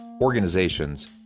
organizations